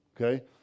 Okay